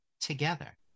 together